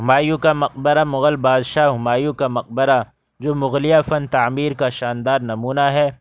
ہمایوں کا مقبرہ مغل بادشاہ ہمایوں کا مقبرہ جو مغلیہ فن تعمیر کا شاندار نمونہ ہے